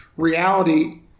Reality